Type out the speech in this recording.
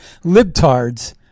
libtards